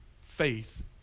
faith